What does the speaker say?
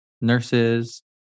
nurses